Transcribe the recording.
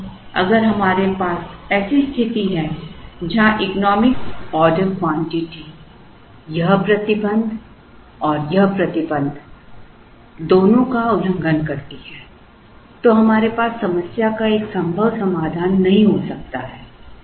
इसलिए अगर हमारे पास ऐसी स्थिति है जहां इकोनॉमिक ऑर्डर क्वांटिटी यह प्रतिबंध और यह प्रतिबंध दोनों का उल्लंघन करती है है तो हमारे पास समस्या का एक संभव समाधान नहीं हो सकता है